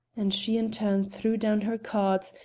and she in turn threw down her cards,